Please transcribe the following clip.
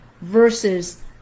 versus